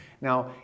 Now